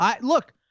Look